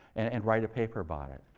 and write a paper about it.